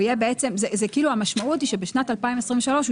זה כאילו המשמעות היא שבשנת 2023 הוא